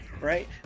right